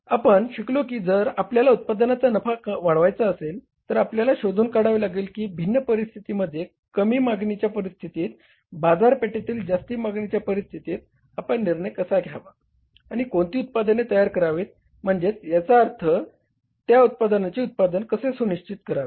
आपण शिकलो की जर आपल्याला उत्पादनाचा नफा वाढवायचा असेल तर आपल्याला शोधून काढावे लागेल की भिन्न परिस्थितीमध्ये कमी मागणीच्या परिस्थितीत बाजारपेठेतील जास्त मागणीच्या परिस्थितीत आपण निर्णय कसा घ्यावा आणि कोणती उत्पादने तयार करावीत म्हणजेच याचा अर्थ त्या उत्पादनाचे उत्पादन कसे सुनिश्चित करावे